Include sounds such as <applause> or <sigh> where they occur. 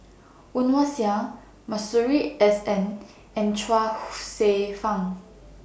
Woon Wah Siang Masuri S N and Chuang <noise> Hsueh Fang